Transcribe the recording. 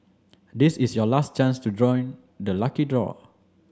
this is your last chance to join the lucky draw